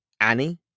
Annie